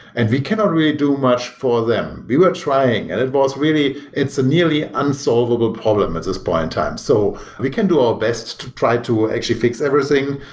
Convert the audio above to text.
and we cannot really do much for them. we were trying, and it was really it's a nearly unsolvable problem at this point in time. so we can do our best to try to actually fix everything,